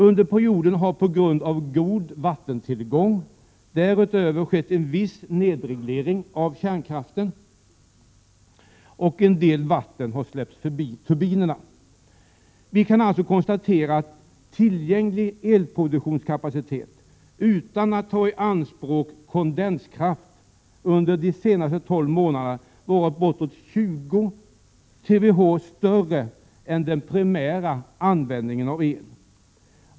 Under perioden har på grund av den goda vattentillgången därutöver skett en viss nedreglering av kärnkraften och en del vatten har släppts förbi turbinerna. Vi kan alltså konstatera att tillgänglig elproduktionskapacitet — utan att kondenskraft tagits i anspråk — under de senaste tolv månaderna varit bortåt 20 TWh större än den primära användningen av el.